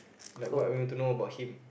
like what you want to know about him